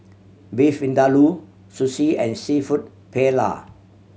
Beef Vindaloo Sushi and Seafood Paella